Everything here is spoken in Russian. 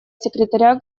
секретаря